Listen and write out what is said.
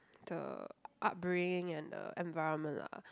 the upbringing and the environment lah